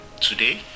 today